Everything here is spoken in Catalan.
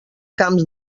camps